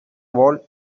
wall